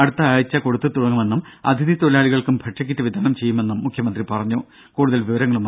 അടുത്ത ആഴ്ച്ച കൊടുത്തു തുടങ്ങുമെന്നും അതിഥി തൊഴിലാളികൾക്കും ഭക്ഷ്യക്കിറ്റ് വിതരണം ചെയ്യുമെന്നും മുഖ്യമന്ത്രി പറഞ്ഞു